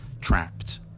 trapped